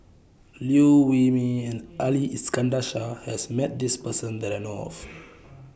Liew Wee Mee and Ali Iskandar Shah has Met This Person that I know of